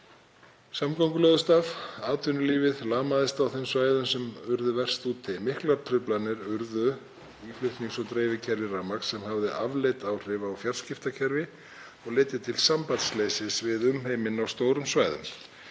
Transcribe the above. Samgöngur lögðust af og atvinnulífið lamaðist á þeim svæðum sem urðu verst úti. Miklar truflanir urðu í flutnings- og dreifikerfi rafmagns sem hafði afleidd áhrif á fjarskiptakerfi og leiddi til sambandsleysis við umheiminn á stórum svæðum.